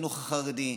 בחינוך החרדי.